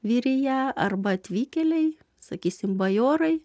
vyrija arba atvykėliai sakysim bajorai